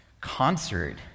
concert